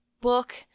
book